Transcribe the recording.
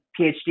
PhD